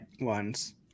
ones